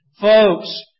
Folks